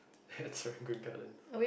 hatchling green garden